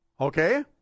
Okay